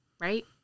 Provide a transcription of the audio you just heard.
Right